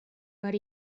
but